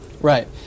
Right